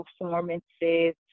performances